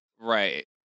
right